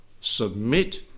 Submit